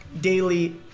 daily